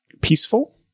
peaceful